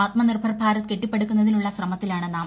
ആത്മ നിർഭർ ഭാരത് കെട്ടിപ്പടുക്കുന്നതിനുള്ള ശ്രമത്തിലാണ് നാം